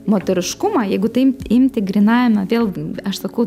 moteriškumą jeigu taim imti grynajame vėlgi aš sakau